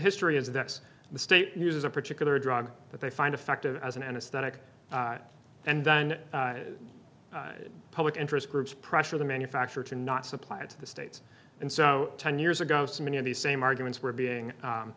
history is that the state uses a particular drug that they find effective as an anesthetic and then public interest groups pressure the manufacturer to not supply to the states and so ten years ago so many of these same arguments were being